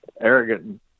arrogant